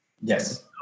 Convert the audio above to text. yes